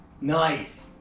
Nice